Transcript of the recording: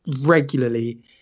regularly